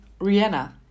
Rihanna